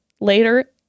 later